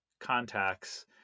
contacts